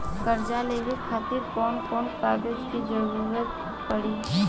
कर्जा लेवे खातिर कौन कौन कागज के जरूरी पड़ी?